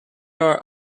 are